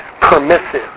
Permissive